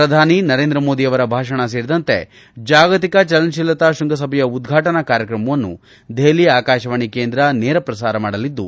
ಪ್ರಧಾನಿ ನರೇಂದ್ರಮೋದಿಯವರ ಭಾಷಣ ಸೇರಿದಂತೆ ಜಾಗತಿಕ ಚಲನಶೀಲತಾ ಶೃಂಗಸಭೆಯ ಉದ್ವಾಟನಾ ಕಾರ್ಯಕ್ರಮವನ್ನು ದೆಹಲಿ ಆಕಾಶವಾಣಿ ಕೇಂದ್ರ ನೇರ ಪ್ರಸಾರ ಮಾಡಲಿದ್ದು